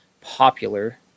popular